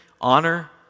honor